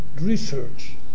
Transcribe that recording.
research